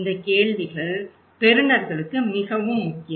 இந்த கேள்விகள் பெறுநர்களுக்கு மிகவும் முக்கியம்